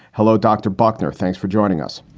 hello, dr. buckner. thanks for joining us.